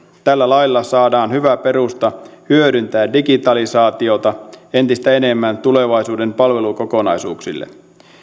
tällä lailla saadaan hyvä perusta hyödyntää digitalisaatiota entistä enemmän tulevaisuuden palvelukokonaisuuksille